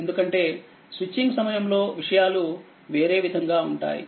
ఎందుకంటే స్విచింగ్ సమయం లో విషయాలు వేరే విధంగా ఉంటాయి